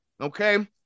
Okay